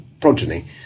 progeny